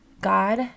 God